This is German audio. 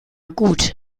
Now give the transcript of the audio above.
gut